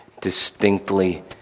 distinctly